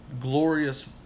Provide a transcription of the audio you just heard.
glorious